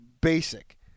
basic